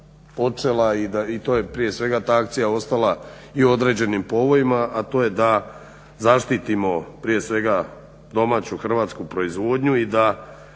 i to je prije svega ta akcija ostala i određenim povojima a to je da zaštitimo prije svega domaću hrvatsku proizvodnju, i da